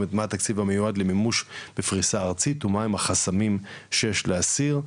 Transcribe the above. מה התקציב המיועד למימוש בפריסה ארצית ומה הם החסמים שיש להסיר.